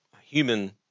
human